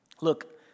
Look